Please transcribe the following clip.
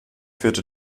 führte